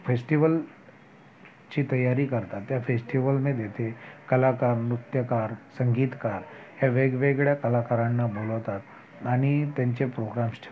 फेस्टिवलची तयारी करतात त्या फेस्टिवलमध्ये ते कलाकार नृत्यकार संगीतकार ह्या वेगवेगळ्या कलाकारांना बोलवतात आणि त्यांचे प्रोग्राम्स ठेवतात